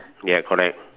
ya correct